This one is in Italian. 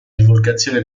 divulgazione